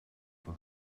for